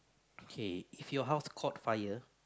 K if your house caught fire